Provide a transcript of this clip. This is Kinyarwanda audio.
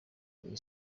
iyi